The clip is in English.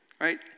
right